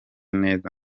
neza